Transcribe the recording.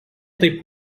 taip